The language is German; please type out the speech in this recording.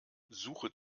suche